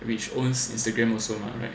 which owns Instagram also mah right